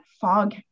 fog